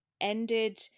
ended